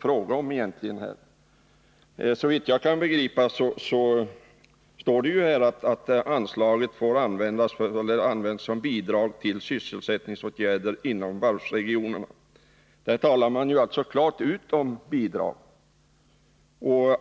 fråga om egentligen? Såvitt jag kan begripa står det här att anslaget används som bidrag till sysselsättningsåtgärder i varvsregionerna. Man talar alltså klart om bidrag.